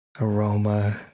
Aroma